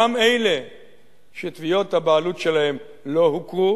גם אלה שתביעות הבעלות שלהם לא הוכרו,